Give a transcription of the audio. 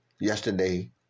yesterday